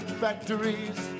factories